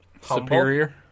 superior